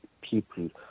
people